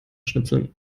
schnipseln